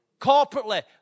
Corporately